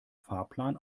fahrplan